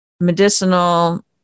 medicinal